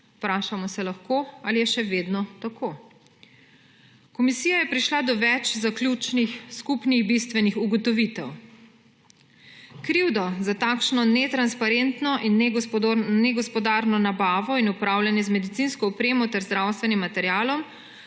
Vprašamo se lahko, ali je še vedno tako. Komisija je prišla do več zaključnih skupnih bistvenih ugotovitev. Krivdo za takšno netransparentno in negospodarno nabavo in upravljanje z medicinsko opremo in zdravstvenim materialom